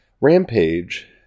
Rampage